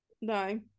No